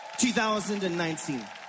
2019